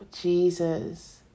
Jesus